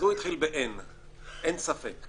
אז הוא התחיל באין, אין ספק.